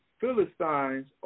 Philistines